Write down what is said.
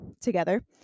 together